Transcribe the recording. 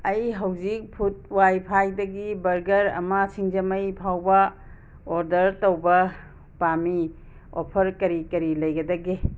ꯑꯩ ꯍꯧꯖꯤꯛ ꯐꯨꯠ ꯋꯥꯏꯐꯥꯏꯗꯒꯤ ꯕꯔꯒꯔ ꯑꯃ ꯁꯤꯡꯖꯃꯩ ꯐꯥꯎꯕ ꯑꯣꯔꯗꯔ ꯇꯧꯕ ꯄꯥꯝꯃꯤ ꯑꯣꯐꯔ ꯀꯔꯤ ꯀꯔꯤ ꯂꯩꯒꯗꯒꯦ